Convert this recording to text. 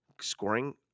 scoring